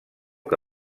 que